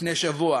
לפני שבוע